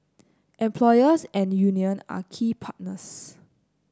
employers and union are key partners